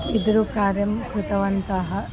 बिदुरु कार्यं कृतवन्तः